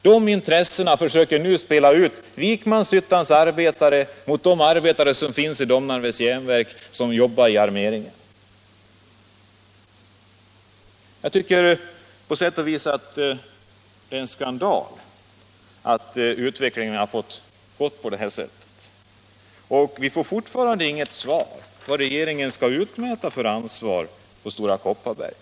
De intressena försöker nu spela ut Vikmanshyttans arbetare mot arbetarna på armeringsanläggningen vid Domnarvets Jernverk. Jag tycker att det på sätt och vis är en skandal att utvecklingen har fått fortgå på detta sätt. Vi har ännu inte fått något svar på frågan vilket ansvar regeringen skall utmäta av Stora Kopparberg.